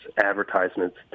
advertisements